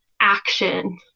action